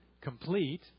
complete